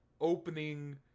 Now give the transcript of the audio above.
opening